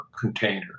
container